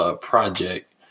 project